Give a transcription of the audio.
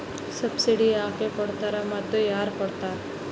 Subsidy ಯಾಕೆ ಕೊಡ್ತಾರ ಮತ್ತು ಯಾರ್ ಕೊಡ್ತಾರ್?